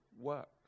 work